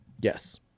Yes